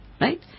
right